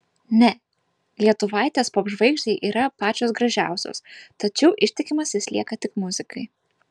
ne lietuvaitės popžvaigždei yra pačios gražiausios tačiau ištikimas jis lieka tik muzikai